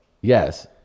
yes